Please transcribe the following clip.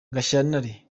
gashyantare